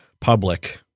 public